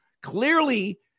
clearly